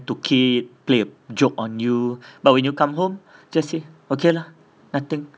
took it play a joke on you but when you come home just say okay lah nothing